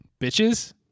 Bitches